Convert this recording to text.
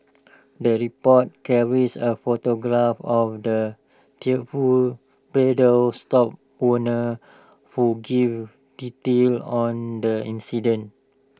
the report carries A photograph of the tearful bridal stop owner who give details on the incident